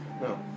No